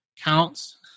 counts